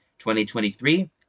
2023